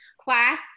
class